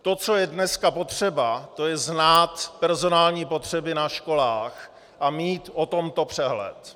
To, co je dneska potřeba, to je znát personální potřeby na školách a mít o tomto přehled.